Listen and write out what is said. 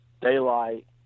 daylight